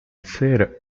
ser